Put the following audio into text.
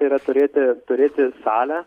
tai yra turėti turėti salę